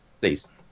please